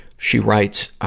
she writes,